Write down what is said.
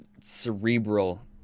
cerebral